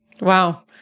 Wow